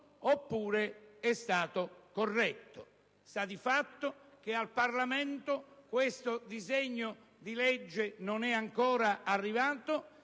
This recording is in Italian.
oppure è stato corretto». Sta di fatto che al Parlamento questo disegno di legge non è ancora arrivato